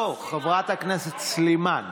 לא, חברת הכנסת סלימאן.